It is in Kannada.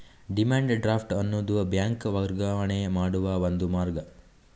ಡಿಮ್ಯಾಂಡ್ ಡ್ರಾಫ್ಟ್ ಅನ್ನುದು ಬ್ಯಾಂಕ್ ವರ್ಗಾವಣೆ ಮಾಡುವ ಒಂದು ಮಾರ್ಗ